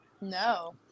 No